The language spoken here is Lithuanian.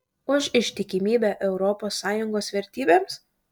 už ištikimybę europos sąjungos vertybėms